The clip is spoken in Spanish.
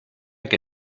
que